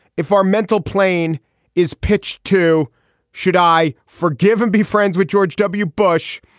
if our mental plane is pitch too should i forgive him be friends with george w. bush.